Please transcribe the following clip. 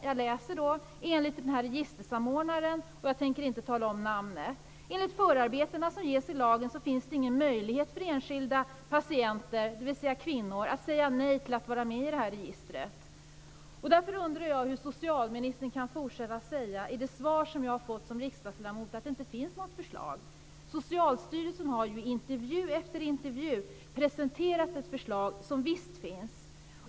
Jag läser vidare att registersamordnaren - jag tänker inte tala om namnet - säger att det enligt förarbetena till lagen inte finns någon möjlighet för enskilda patienter, dvs. kvinnor, att säga nej till att vara med i detta register. Därför undrar jag hur socialministern i det svar som jag har fått som riksdagsledamot kan fortsätta säga att det inte finns något förslag. Socialstyrelsen har ju i intervju efter intervju presenterat ett förslag som visst finns.